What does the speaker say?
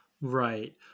Right